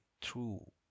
true